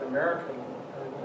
American